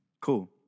Cool